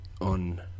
on